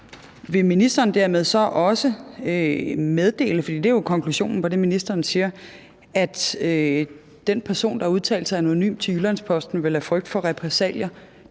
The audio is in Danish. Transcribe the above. vil ministeren så dermed også meddele – for det er jo konklusionen på det, ministeren siger – at den person, der har udtalt sig anonymt til Jyllands-Posten, vel af frygt for repressalier,